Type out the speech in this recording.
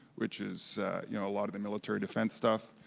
which is you know a lot of the military defense stuff,